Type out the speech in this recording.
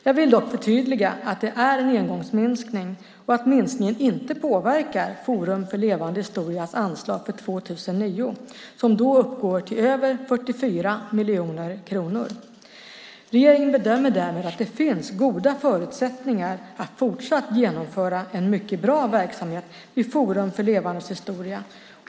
Jag vill dock förtydliga att det är en engångsminskning och att minskningen inte påverkar Forum för levande historias anslag för 2009, som då uppgår till över 44 miljoner kronor. Regeringen bedömer därmed att det finns goda förutsättningar att fortsatt genomföra en mycket bra verksamhet vid Forum för levande historia.